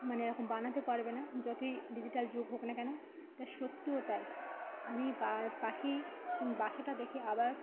মানে এ রকম বানাতে পারবে না যতই ডিজিটাল যুগ হোক না কেন তা সত্যিও তাই আমি পাখির বাসাটা দেখে আবার